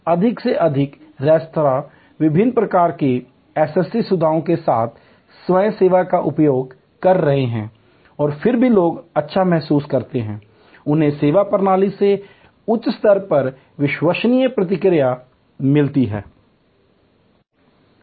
अधिक से अधिक रेस्तरां विभिन्न प्रकार के एसएसटी सुविधाओं के साथ साथ स्वयं सेवा का उपयोग कर रहे हैं और फिर भी लोग अच्छा महसूस करते हैं उन्हें सेवा प्रणाली से उच्च स्तर पर विश्वसनीय प्रतिक्रिया मिलती है